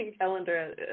calendar